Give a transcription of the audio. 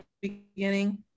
beginning